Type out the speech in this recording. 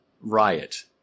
riot